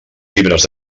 llibres